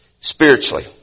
spiritually